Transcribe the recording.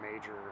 major